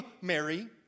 Mary